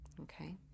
Okay